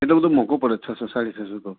એટલો બધો મોંઘો પડે છસો સાડી છસો તો